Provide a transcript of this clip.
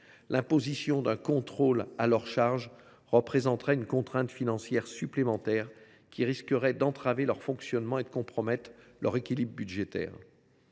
L’imposition d’un contrôle à leur charge représenterait une contrainte financière supplémentaire, qui risquerait d’entraver leur fonctionnement et de compromettre leur équilibre budgétaire.